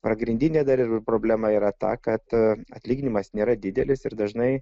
pagrindinė dar ir problema yra ta kad atlyginimas nėra didelis ir dažnai